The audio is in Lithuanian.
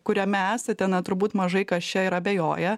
kuriame esate na turbūt mažai kas čia ir abejoja